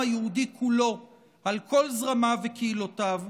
היהודי כולו על כל זרמיו וקהילותיו,